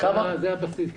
זה הבסיס.